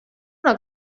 una